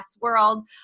world